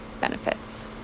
benefits